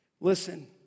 Listen